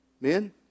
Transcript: Men